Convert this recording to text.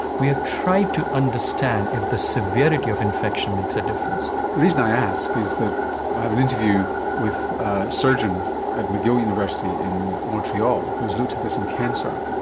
we have tried to understand if the severity of infection makes a difference. the reason i ask is that i have an interview with a surgeon at mcgill university in montreal who has looked at this in cancer,